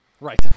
Right